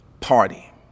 party